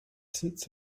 sits